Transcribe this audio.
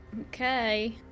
Okay